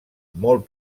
molt